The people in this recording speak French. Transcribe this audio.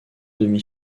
demi